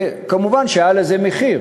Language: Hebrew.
ומובן שהיה לזה מחיר,